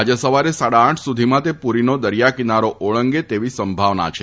આજે સવારે સાડા આઠ સુધીમાં તે પુરીનો દરિયાકિનારો ઓળંગે તેવી સંભાવના છે